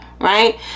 right